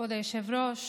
כבוד היושב-ראש,